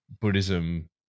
Buddhism